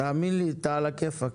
תאמין לי, אתה על הכיפק.